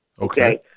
Okay